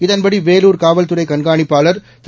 இதன்படி வேலூர் காவல்துறை கண்காணிப்பாளர் திரு